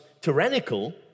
tyrannical